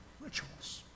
rituals